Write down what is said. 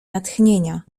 natchnienia